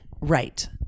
Right